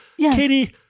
Katie